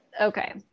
Okay